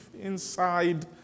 inside